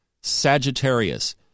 Sagittarius